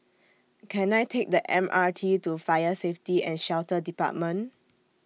Can I Take The M R T to Fire Safety and Shelter department